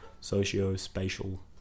socio-spatial